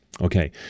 okay